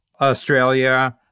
Australia